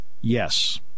Yes